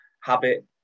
Habit